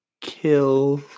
kill